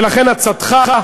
ולכן עצתך,